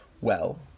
Well